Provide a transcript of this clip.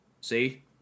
See